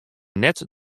net